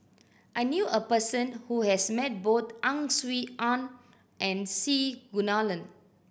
I knew a person who has met both Ang Swee Aun and C Kunalan